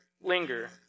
linger